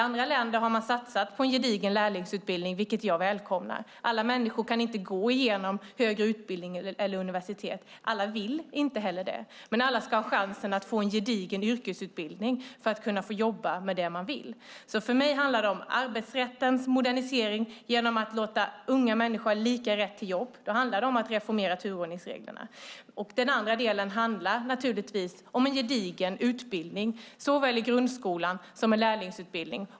I andra länder har man satsat på en gedigen lärlingsutbildning, vilket jag välkomnar. Alla människor kan inte gå igenom högre utbildning eller universitet. Alla vill inte heller det, men alla ska ha chansen att få en gedigen yrkesutbildning för att kunna få jobba med det man vill. För mig handlar arbetsrättens modernisering om att låta unga människor få lika rätt till jobb. Då handlar det om att reformera turordningsreglerna. Den andra delen handlar naturligtvis om en gedigen utbildning såväl i grundskolan som genom lärlingsutbildning.